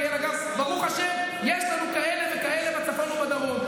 כי ברוך השם יש לנו כאלה וכאלה בצפון ובדרום,